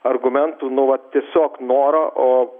argumentų nu va tiesiog noro